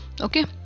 okay